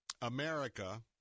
America